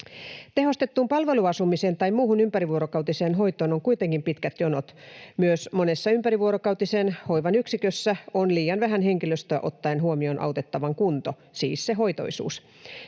Tehostettuun palveluasumiseen tai muuhun ympärivuorokautiseen hoitoon on kuitenkin pitkät jonot. Myös monessa ympärivuorokautisen hoivan yksikössä on liian vähän henkilöstöä ottaen huomioon autettavan kunto, siis se hoitoisuus.